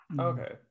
Okay